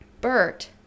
Bert